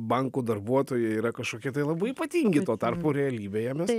bankų darbuotojai yra kažkokie tai labai ypatingi tuo tarpu realybėje mes